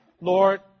Lord